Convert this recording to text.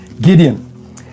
Gideon